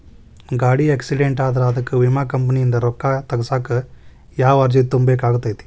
ಗಾಡಿ ಆಕ್ಸಿಡೆಂಟ್ ಆದ್ರ ಅದಕ ವಿಮಾ ಕಂಪನಿಯಿಂದ್ ರೊಕ್ಕಾ ತಗಸಾಕ್ ಯಾವ ಅರ್ಜಿ ತುಂಬೇಕ ಆಗತೈತಿ?